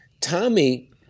Tommy